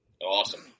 Awesome